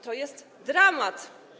To jest dramat.